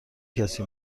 کسی